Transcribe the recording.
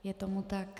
Je tomu tak.